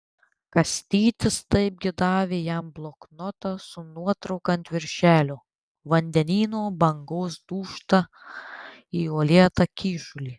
kastytis taipgi davė jam bloknotą su nuotrauka ant viršelio vandenyno bangos dūžta į uolėtą kyšulį